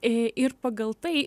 i ir pagal tai